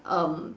um